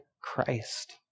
Christ